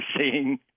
seeing